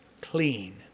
clean